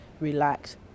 relax